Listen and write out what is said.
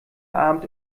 abend